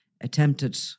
attempted